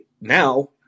now